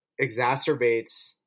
exacerbates